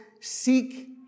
seek